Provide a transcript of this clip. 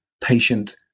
patient